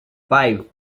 five